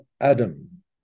Adam